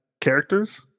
characters